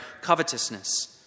covetousness